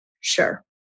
Sure